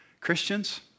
Christians